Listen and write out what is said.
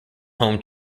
home